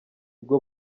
bwo